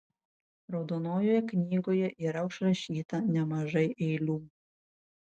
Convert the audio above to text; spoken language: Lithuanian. raudonojoje knygoje yra užrašyta nemažai eilių